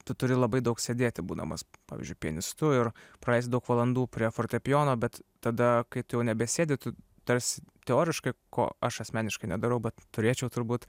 tu turi labai daug sėdėti būdamas pavyzdžiui pianistu ir praleisti daug valandų prie fortepijono bet tada kai tu jau nebesėdi tu tarsi teoriškai ko aš asmeniškai nedarau bet turėčiau turbūt